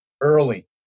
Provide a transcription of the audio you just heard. early